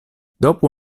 dopo